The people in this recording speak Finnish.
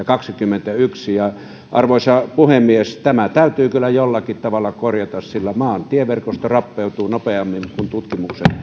kaksikymmentäyksi ja arvoisa puhemies tämä täytyy kyllä jollakin tavalla korjata sillä maan tieverkosto rappeutuu nopeammin niin kuin tutkimukset